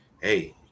Hey